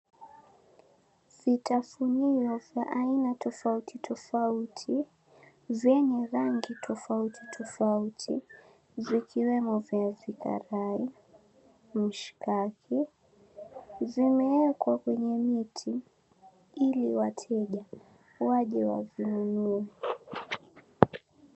Vitafunio vya aina tofauti tofauti zenye rangi tofauti tofauti zikiwemo; viazi karai, mishakiki zimewekwa kwenye miti ili wateja waje wavinunue.